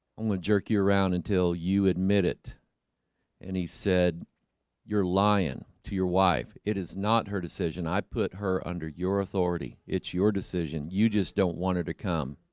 i'm gonna jerk you around until you admit it and he said you're lying to your wife it is not her decision. i put her under your authority. it's your decision. you just don't want her to come